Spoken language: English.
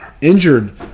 injured